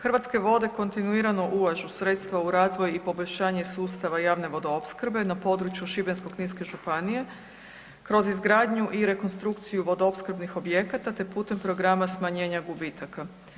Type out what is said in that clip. Hrvatske vode kontinuirano ulažu sredstva u razvoj i poboljšanje sustava javne vodoopskrbe na području Šibensko-kninske županije kroz izgradnju i rekonstrukciju vodoopskrbnih objekata te putem programa smanjenja gubitaka.